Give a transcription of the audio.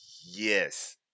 Yes